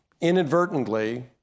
inadvertently